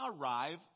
arrive